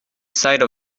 side